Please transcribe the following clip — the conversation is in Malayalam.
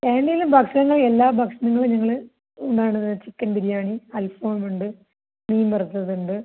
ഏതെങ്കിലും ഭക്ഷണങ്ങൾ എല്ലാ ഭക്ഷണങ്ങളും ഞങ്ങള് എന്താണ് ചിക്കൻ ബിരിയാണി അൽഫാമുണ്ട് മീൻ വറുത്തത് ഉണ്ട്